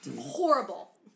horrible